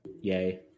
Yay